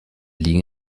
liegen